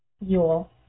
Yule